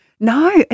No